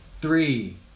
three